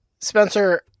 Spencer